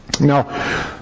Now